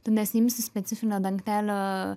tu nesiimsi specifinio dangtelio